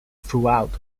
throughout